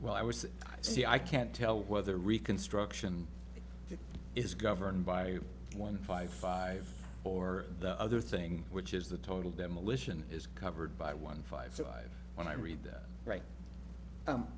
well i was i see i can't tell whether reconstruction is governed by one five five or the other thing which is the total demolition is covered by one five five when i read that right